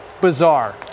bizarre